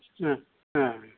ओं ए